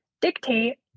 dictate